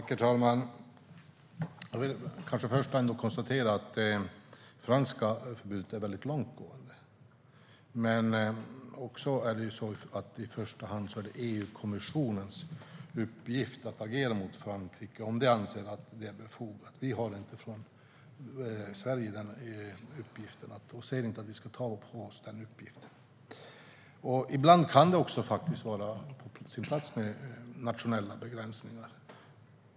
Herr talman! Vi kan börja med att konstatera att det franska förbudet är långtgående. Men det är i första hand EU-kommissionens uppgift att agera mot Frankrike, om de anser att det är befogat. Det är inte Sveriges uppgift att göra det, och vi ser inte att vi ska ta på oss den uppgiften. Ibland kan det vara på sin plats med nationella begränsningar.